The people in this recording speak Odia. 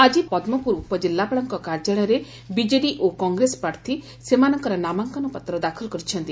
ଆକି ପଦ୍କପୁର ଉପଜିଲ୍ଲାପାଳଙ୍କ କାର୍ଯ୍ୟାଳୟରେ ବିଜେଡି ଓ କଂଗ୍ରେସ ପ୍ରାର୍ଥୀ ସେମାନଙ୍କର ନାମାଙ୍କନ ପତ୍ର ଦାଖଲ କରିଛନ୍ତି